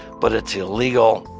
but it's illegal.